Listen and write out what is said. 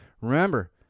remember